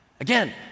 Again